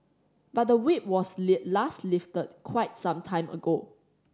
but the Whip was last lifted quite some time ago